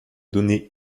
données